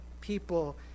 people